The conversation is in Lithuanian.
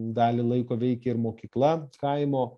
dalį laiko veikė ir mokykla kaimo